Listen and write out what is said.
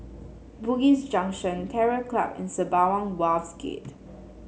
Bugis Junction Terror Club and Sembawang Wharves Gate